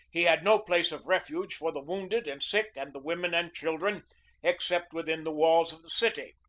he had no place of refuge for the wounded and sick and the women and children except within the walls of the city.